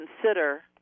consider